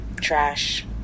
trash